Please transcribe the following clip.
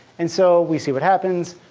and so we see what happens.